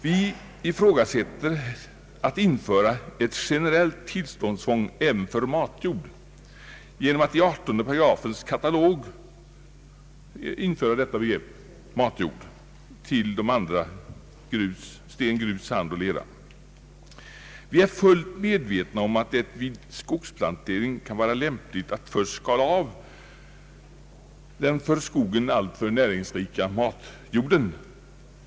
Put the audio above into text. Vi ifrågasätter ett generellt tillståndstvång även för matjord genom att man i 18 §:s katalog fogar begreppet matjord till de andra, d.v.s. sten, grus, sand och lera. Vi är fullt medvetna om att det vid skogsplantering kan vara lämpligt att först skala av den för skogen alltför näringsrika matjorden.